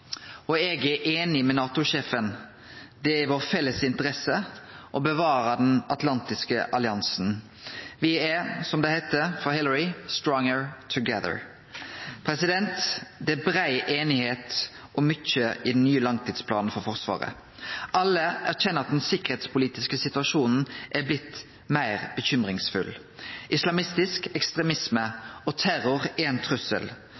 USA. Eg er einig med NATO-sjefen. Det er i vår felles interesse å bevare den atlantiske alliansen. Me er, som det heiter frå Hillary, «stronger together». Det er brei einigheit om mykje i den nye langtidsplanen for Forsvaret. Alle erkjenner at den sikkerheitspolitiske situasjonen er blitt meir bekymringsfull. Islamistisk ekstremisme og terror er ein trussel.